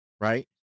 right